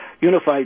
unified